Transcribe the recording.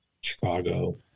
Chicago